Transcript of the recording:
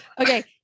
Okay